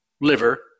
liver